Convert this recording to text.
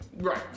Right